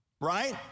right